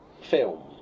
film